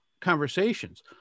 conversations